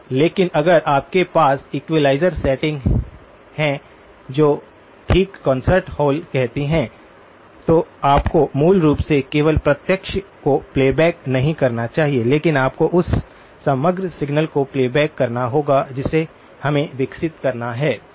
लेकिन अगर आपके पास इक्वलाइज़र सेटिंग है जो ठीक कॉन्सर्ट हॉल कहती है तो आपको मूल रूप से केवल प्रत्यक्ष को प्लेबैक नहीं करना चाहिए लेकिन आपको उस समग्र सिग्नल को प्लेबैक करना होगा जिसे हमें विकसित करना है ठीक